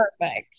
perfect